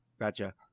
Gotcha